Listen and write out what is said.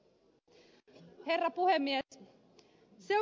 herra puhemies